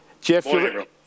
Jeff